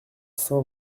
saint